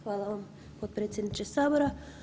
Hvala vam potpredsjedniče sabora.